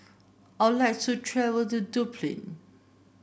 I would like to travel to Dublin